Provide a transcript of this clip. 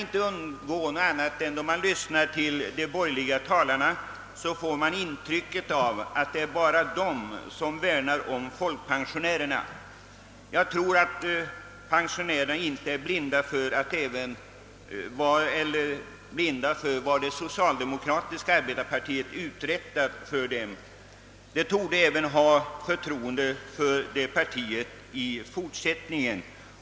När man lyssnar till de borgerliga talarna, kan man inte undgå att få det intrycket, att det bara är de som värnar om folkpensionärerna. Jag tror dock, att pensionärerna inte är blinda för vad det socialdemokratiska arbetarepartiet har uträttiat för dem. De torde ha förtroende för det partiet även i fortsättningen.